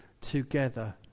together